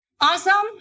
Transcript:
Awesome